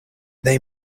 they